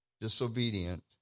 disobedient